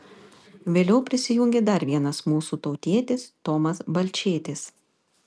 vėliau prisijungė dar vienas mūsų tautietis tomas balčėtis